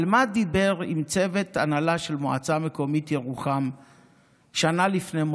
על מה דיבר עם צוות הנהלה של מועצה מקומית ירוחם שנה לפני מותו?